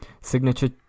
signature